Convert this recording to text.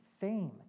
fame